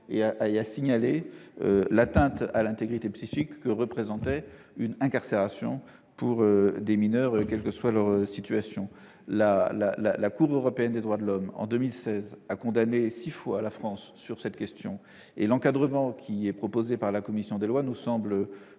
et a signalé l'atteinte à l'intégrité psychique que représente une incarcération pour des mineurs, quelle que soit leur situation. La Cour européenne des droits de l'homme, en 2016, a condamné six fois la France sur cette question. L'encadrement proposé par la commission des lois, s'il